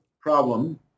problem